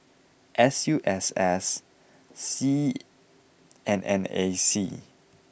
S U S S Seab and N A C